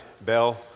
bell